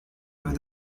where